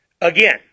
Again